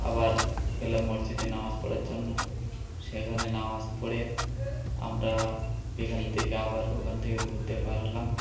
আবার গেলাম মসজিদে নামাজ পড়ার জন্য সেখানে নামাজ পড়ে আমরা বিকেলের দিকে আবার ওখান থেকে ঘুুরতে বেরোলাম